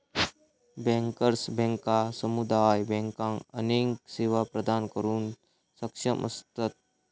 bankers बँका समुदाय बँकांका अनेक सेवा प्रदान करुक सक्षम असतत